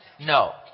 No